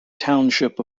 township